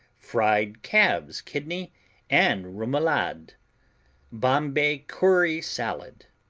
fried calves' kidney and remoulade, bombay curry salad,